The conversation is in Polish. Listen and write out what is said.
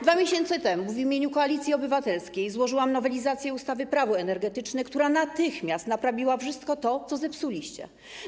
2 miesiące temu w imieniu Koalicji Obywatelskiej złożyłam nowelizację ustawy Prawo energetyczne, która natychmiast naprawiłaby wszystko to, co zepsuliście.